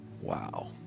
Wow